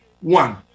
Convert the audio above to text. one